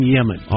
Yemen